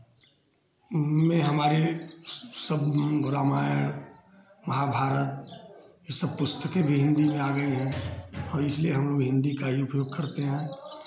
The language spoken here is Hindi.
में हमारे सब रामायण महाभारत ये सब पुस्तकें भी हिन्दी में आ गई हैं और इसलिए हमलोग हिन्दी का ही उपयोग करते हैं